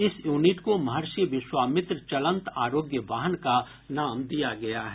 इस यूनिट को महर्षि विश्वामित्र चलंत आरोग्य वाहन का नाम दिया गया है